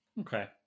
Okay